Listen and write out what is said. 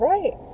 Right